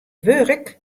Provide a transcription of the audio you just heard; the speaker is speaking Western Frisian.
wurk